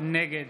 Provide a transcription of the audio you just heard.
נגד